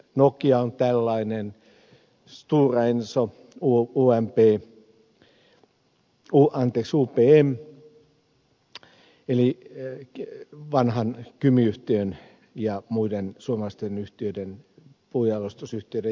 nokia on tällainen stora enso upm eli vanhan kymi yhtiön ja muiden suomalaisten puunjalostusyhtiöiden jälkeläinen